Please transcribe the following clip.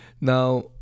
Now